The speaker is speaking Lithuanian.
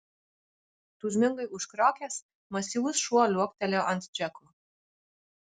tūžmingai užkriokęs masyvus šuo liuoktelėjo ant džeko